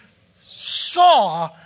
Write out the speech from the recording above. saw